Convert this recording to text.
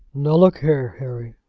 now look here, harry,